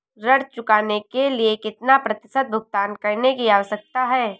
ऋण चुकाने के लिए कितना प्रतिशत भुगतान करने की आवश्यकता है?